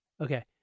okay